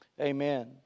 Amen